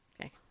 Okay